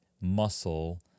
muscle